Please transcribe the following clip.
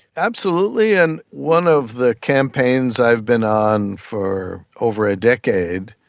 absolutely, and one of the campaigns i've been on for over a decade,